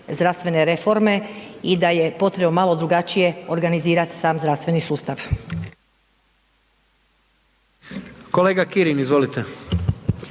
i da je potrebno malo drugačije organizirati sam zdravstveni sustav.